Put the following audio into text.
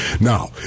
Now